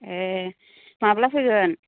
ए माब्ला फैगोन